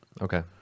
okay